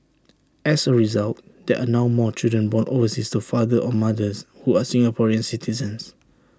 as A result there are now more children born overseas to fathers or mothers who are Singaporean citizens